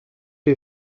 les